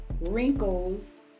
wrinkles